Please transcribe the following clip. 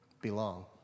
belong